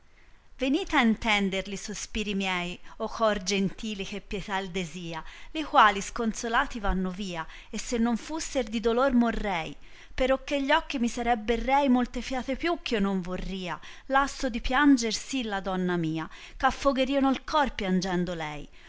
a intender li sospiri miei o cor gentili che pietà il desia li quali sconsolati vanno via e se non fusser di dolor morrei perocché gli occhi mi sarebber rei molte fiate piti eh io non torria lasso di pianger si la donna mia ch affogberieho il coir piangendo lei